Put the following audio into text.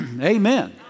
Amen